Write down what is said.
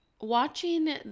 watching